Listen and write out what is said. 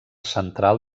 central